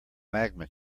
magma